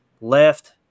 Left